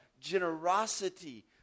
generosity